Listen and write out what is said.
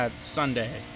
Sunday